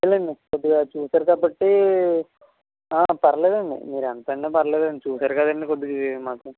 అదేలేండి కొద్దిగా చూశారు కాబట్టి పర్లేదండి మీరు ఎంతైనా పర్లేదండి చూశారు కదండి కొద్దిగా మాకు